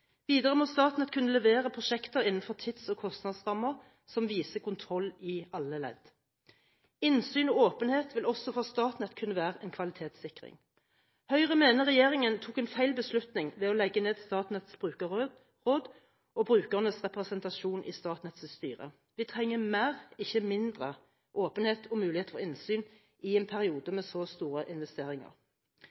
Videre må Statnett kunne levere prosjekter innenfor tids- og kostnadsrammer som viser kontroll i alle ledd. Innsyn og åpenhet vil også for Statnett kunne være en kvalitetssikring. Høyre mener regjeringen tok en feil beslutning ved å legge ned Statnetts brukerråd og brukernes representasjon i Statnetts styre. Vi trenger mer, ikke mindre åpenhet og mulighet for innsyn i en periode med så store investeringer.